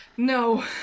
No